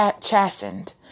chastened